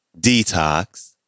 Detox